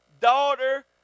daughter